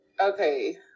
Okay